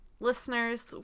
listeners